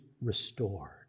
restored